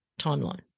timeline